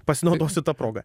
pasinaudosiu ta proga